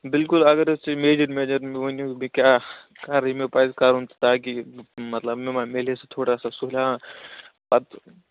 بِلکُل اگر حظ تُہۍ میجر میجر مےٚ ؤنِو بہٕ کیٚاہ کرٕ یہِ مےٚ پزِ کرُن تاکہِ یہِ مطلب مےٚ مہ مِیلہے تھوڑا سا سُہ ہاں